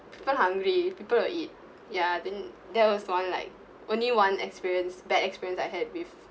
people hungry people will eat ya then there was one like only one experience bad experience I had with